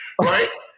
Right